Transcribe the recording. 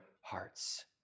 hearts